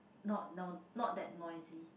not no not that noisy